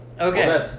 Okay